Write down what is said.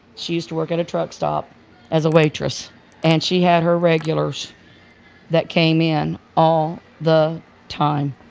she used to work at a truck stop as a waitress and she had her regulars that came in all the time,